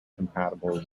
compatible